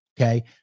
Okay